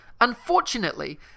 Unfortunately